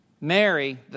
Mary